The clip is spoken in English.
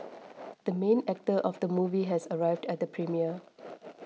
the main actor of the movie has arrived at the premiere